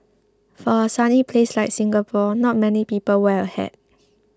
for a sunny place like Singapore not many people wear a hat